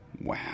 Wow